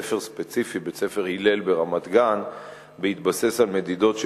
שבמחצית מבתי-הספר באזור המרכז נתגלתה קרינה אלקטרומגנטית בשיעור מסוכן.